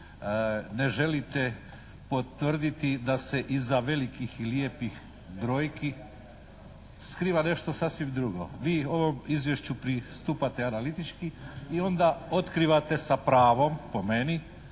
ne želite potvrditi da se iza velikih lijepih brojki skriva nešto sasvim drugo. Vi ovom izvješću pristupate analitički i onda otkrivate sa pravom po meni,